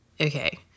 okay